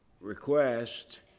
request